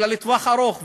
אלא לטווח ארוך,